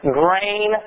grain